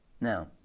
Now